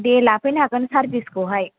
दे लाफैनो हागोन सार्भिसखौहाय